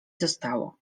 zostało